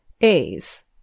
A's